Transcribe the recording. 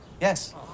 Yes